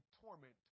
torment